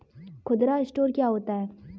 खुदरा स्टोर क्या होता है?